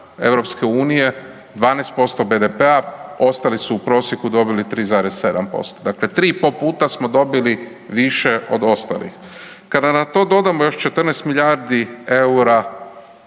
vrh EU 12% BDP-a, ostali su u prosjeku dobili 3,7%, dakle tri i po puta smo dobili više od ostalih. Kada na to dodamo još 14 milijardi EUR-a